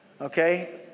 okay